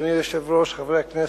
אדוני היושב-ראש, חברי הכנסת,